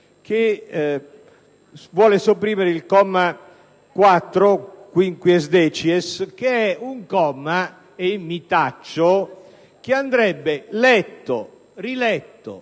si vuole sopprimere il comma 4-*quinquiesdecies*; un comma - e taccio - che andrebbe letto, riletto,